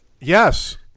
Yes